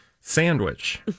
sandwich